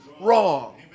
wrong